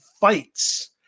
fights